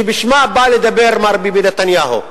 שבשמה בא לדבר מר ביבי נתניהו?